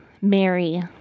Mary